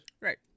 Right